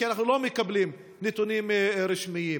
כי אנחנו לא מקבלים נתונים רשמיים.